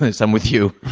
and some with you